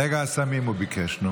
נגע הסמים, הוא ביקש.